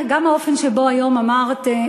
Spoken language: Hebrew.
גם האופן שבו היום אמרת,